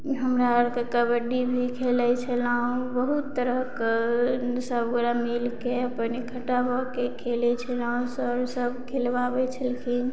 हमरा आरके कबड्डी भी खेलै छलहुॅं बहुत तरहक सब गोरा मिलके अपन इकट्ठा भऽके खेलै छलहुॅं सर सब खेलबाबै छलखिन